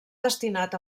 destinat